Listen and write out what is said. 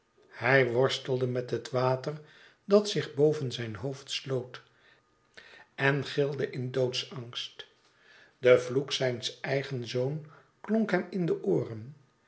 hij worstelde met het water dat zich boven zijn hoofd sloot en gilde in doodsangst de vloek zijns eigen zoons klonk hem in de ooren